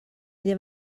میده